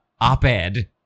op-ed